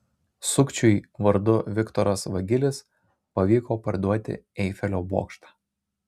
sukčiui vardu viktoras vagilis pavyko parduoti eifelio bokštą